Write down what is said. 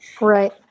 Right